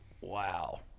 Wow